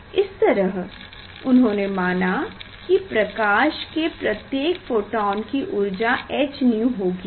इस तरह उन्होने माना की प्रकाश के प्रत्येक फोटोन की ऊर्जा h𝛎 होगी